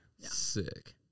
Sick